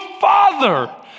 Father